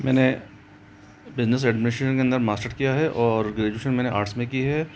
मैंने business administration के अंदर मास्टर्स किया है और ग्रेजुएशन मैंने आर्ट्स में की है